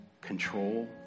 control